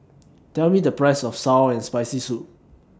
Tell Me The Price of Sour and Spicy Soup